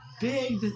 Big